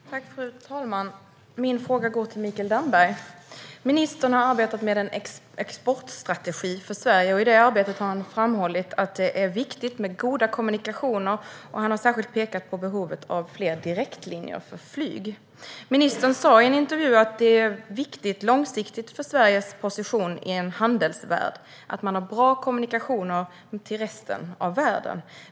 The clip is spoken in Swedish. Fru talman! Min fråga är till Mikael Damberg. Ministern har arbetat med en exportstrategi för Sverige, och i det arbetet har han framhållit att det är viktigt med goda kommunikationer. Han har särskilt pekat på behovet av fler direktlinjer för flyg. Ministern sa i en intervju: "Det är viktigt långsiktigt för Sveriges position i en handelsvärld att man har bra kommunikationer till resten av världen.